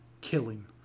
killing